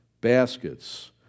baskets